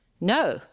No